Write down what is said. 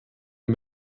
der